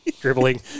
Dribbling